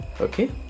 Okay